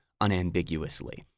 unambiguously